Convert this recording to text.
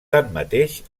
tanmateix